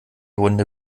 runde